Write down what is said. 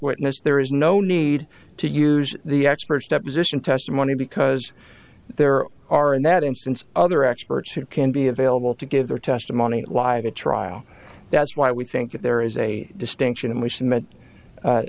witness there is no need to use the experts deposition testimony because there are in that instance other experts who can be available to give their testimony live a trial that's why we think that there is a distinction and we submit that a